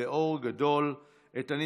וטרנים יקרים,